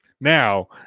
now